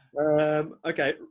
okay